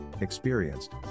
experienced